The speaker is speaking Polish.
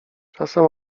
czasem